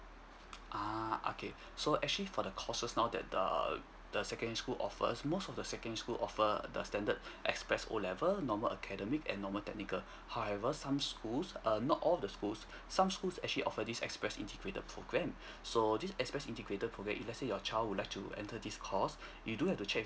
uh okay so actually for the courses now that the the secondary school offers most of the secondary school offer the standard express O level normal academic and normal technical however some schools err not all the schools some schools actually offer this express integrated program so this express integrated program if let's say your child would like to enter this course you do have to check